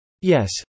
Yes